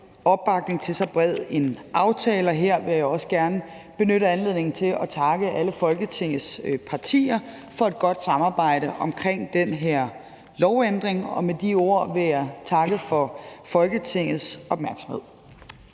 opbakning til så bred en aftale, og her vil jeg også gerne benytte anledningen til at takke alle Folketingets partier for et godt samarbejde omkring den her lovændring. Med de ord vil jeg takke for Folketingets opmærksomhed.